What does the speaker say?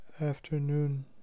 afternoon